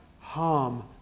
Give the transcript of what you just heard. harm